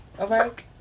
Alright